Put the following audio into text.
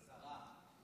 יש שרה.